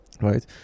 Right